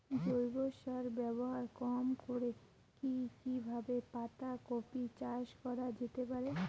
জৈব সার ব্যবহার কম করে কি কিভাবে পাতা কপি চাষ করা যেতে পারে?